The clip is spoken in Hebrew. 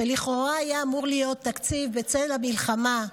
שלכאורה היה אמור להיות תקציב בצל המלחמה,